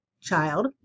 child